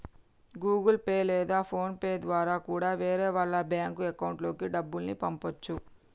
Google pay లేదా phone pay ద్వారా కూడా వేరే వాళ్ళ బ్యేంకు అకౌంట్లకి డబ్బుల్ని పంపచ్చు